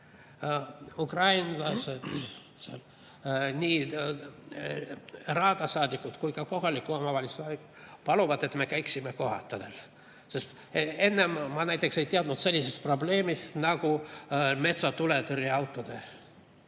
Ukrainlased seal, nii raadasaadikud kui ka kohalikud omavalitsused, paluvad, et me käiksime kohapeal. Enne ma näiteks ei teadnud sellisest probleemist nagu metsatuletõrjeautode